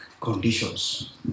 conditions